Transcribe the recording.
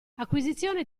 acquisizione